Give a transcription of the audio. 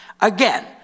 Again